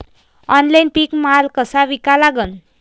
Online पीक माल कसा विका लागन?